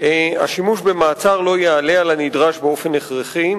השימוש במעצר לא יעלה על הנדרש באופן הכרחי.